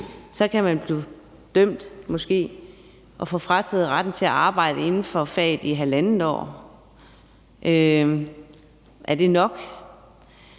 så kan man måske blive dømt og få frataget retten til at arbejde inden for faget i halvandet år. Er det nok?